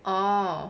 oh